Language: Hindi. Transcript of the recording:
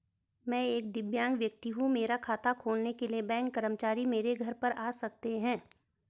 मैं एक दिव्यांग व्यक्ति हूँ मेरा खाता खोलने के लिए बैंक कर्मचारी मेरे घर पर आ सकते हैं?